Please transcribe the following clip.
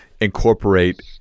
incorporate